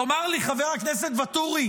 תאמר לי, חבר הכנסת ואטורי,